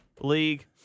league